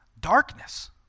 darkness